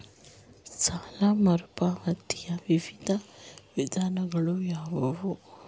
ಸಾಲ ಮರುಪಾವತಿಯ ವಿವಿಧ ವಿಧಾನಗಳು ಯಾವುವು?